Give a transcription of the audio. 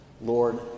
Lord